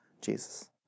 Jesus